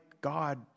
god